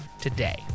today